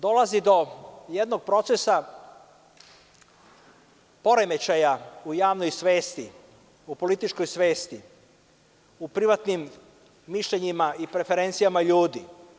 Dolazi do jednog procesa poremećaja u javnoj svesti, o političkoj svesti, u privatnim mišljenjima i preferencijama ljudi.